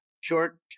Short